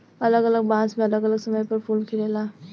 अलग अलग बांस मे अलग अलग समय पर फूल खिलेला